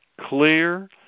clear